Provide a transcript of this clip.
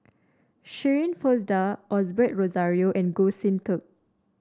Shirin Fozdar Osbert Rozario and Goh Sin Tub